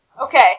Okay